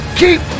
keep